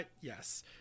yes